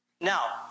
Now